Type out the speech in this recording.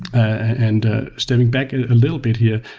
and ah stepping back and a little bit here,